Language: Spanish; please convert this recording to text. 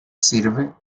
sirve